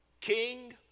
king